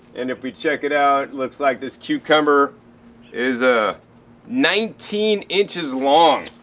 and if we check it out, it looks like this cucumber is ah nineteen inches long!